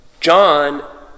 John